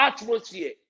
atmosphere